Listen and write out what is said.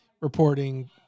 reporting